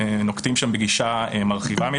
נוקטים שם בגישה מרחיבה מדי.